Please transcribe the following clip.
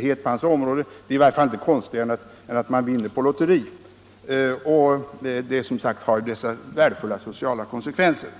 skulle ha haft någon förtjänst därav —- det är i varje fall inte konstigare än att en person vinner på lotteri. Ersättningen har ju också som sagt vissa värdefulla sociala konsekvenser.